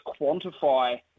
quantify